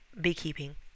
beekeeping